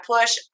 push